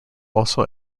also